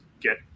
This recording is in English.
get